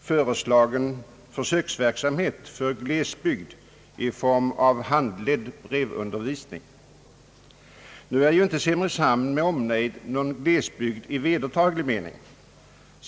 föreslagen försöksverksamhet för glesbygd i form av handledd brevundervisning. Nu är ju inte Simrishamn med omnejd någon glesbygd i vedertagen mening.